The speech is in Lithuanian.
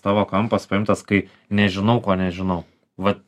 tavo kampas paimtas kai nežinau ko nežinau vat